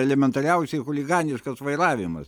elementariausiai chuliganiškas vairavimas